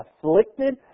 afflicted